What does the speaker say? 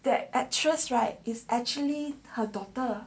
the actress right is actually her daughter